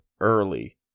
early